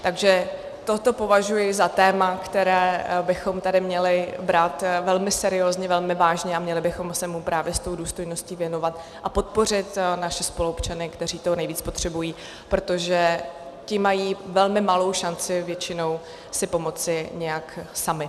Takže toto považuji za téma, které bychom měli brát velmi seriózně, velmi vážně a měli bychom se mu právě s důstojností věnovat a podpořit naše spoluobčany, kteří to nejvíc potřebují, protože ti mají velmi malou šanci většinou si pomoci nějak sami.